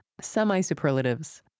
semi-superlatives